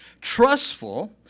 trustful